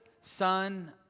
son